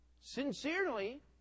Sincerely